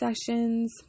sessions